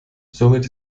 somit